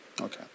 Okay